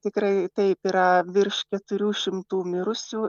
tikrai taip yra virš keturių šimtų mirusių